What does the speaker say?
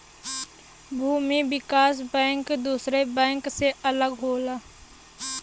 भूमि विकास बैंक दुसरे बैंक से अलग होला